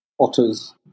Otters